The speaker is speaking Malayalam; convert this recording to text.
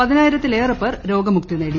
പതിനായിർത്തിലേറെ പേർ രോഗമുക്തി നേടി